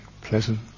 pleasant